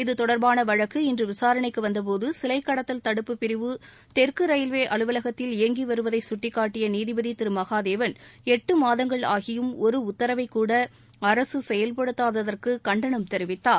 இது தொடர்பான வழக்கு இன்று விசாரணைக்கு வந்த போது சிலை கடத்தல் தடுப்புப் பிரிவு தெற்கு ரயில்வே அலுவலகத்தில் இயங்கி வருவதை சுட்டிக்காட்டிய நீதிபதி திரு மகாதேவன் எட்டு மாதங்கள் ஆகியும் ஒரு உத்தரவை கூட அரசு செயல்படுத்தாததற்கு கண்டனம் தெரிவித்தார்